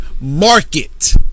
market